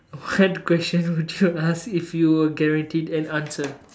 what questions would you ask if you were guaranteed an answer